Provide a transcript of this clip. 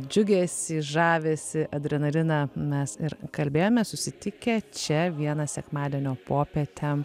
džiugesį žavesį adrenaliną mes ir kalbėjomės susitikę čia vieną sekmadienio popietę